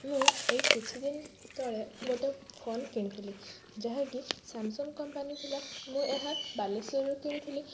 ମୁଁ ଏଇ କିଛିଦିନ ତଳେ ଗୋଟେ ଫୋନ କିଣିଥିଲି ଯାହାକି ସାମସଙ୍ଗ କମ୍ପାନୀ ଥିଲା ମୁଁ ଏହା ବାଲେଶ୍ୱରରୁ କିଣିଥିଲି